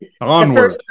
Onward